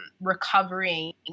recovering